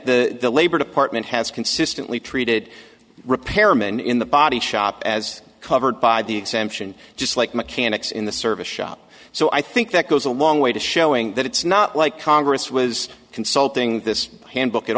the labor department has consistently treated repairmen in the body shop as covered by the exemption just like mechanics in the service shop so i think that goes a long way to showing that it's not like congress was consulting this handbook at